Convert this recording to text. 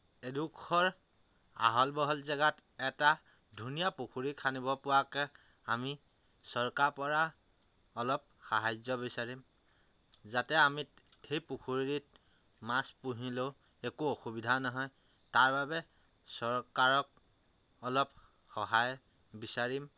এডোখৰ আহল বহল জেগাত এটা ধুনীয়া পুখুৰী খান্দিব পৰাকৈ আমি চৰকাৰৰপৰা অলপ সাহায্য বিচাৰিম যাতে আমি সেই পুখুৰীত মাছ পুহিলেও একো অসুবিধা নহয় তাৰ বাবে চৰকাৰক অলপ সহায় বিচাৰিম